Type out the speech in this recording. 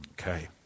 Okay